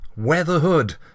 weatherhood